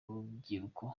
urubyiruko